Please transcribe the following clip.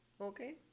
Okay